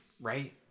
Right